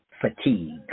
fatigue